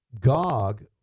Gog